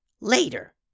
later